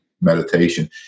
meditation